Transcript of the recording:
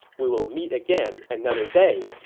we will meet again another day.